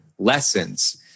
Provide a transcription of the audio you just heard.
lessons